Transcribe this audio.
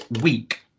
week